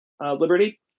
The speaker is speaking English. Liberty